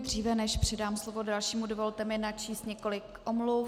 Dříve než předám slovo dalšímu, dovolte mi načíst několik omluv.